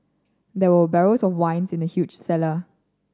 there were barrels of wine in the huge cellar